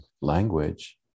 language